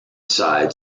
side